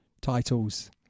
titles